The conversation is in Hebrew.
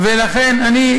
ולכן אני,